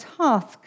task